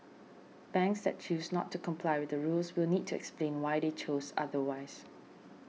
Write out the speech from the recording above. banks that choose not to comply with the rules will need to explain why they chose otherwise